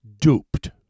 duped